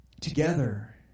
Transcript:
together